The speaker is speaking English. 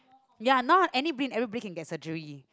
ya anybody everybody can get surgery